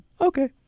okay